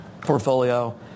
portfolio